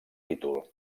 títol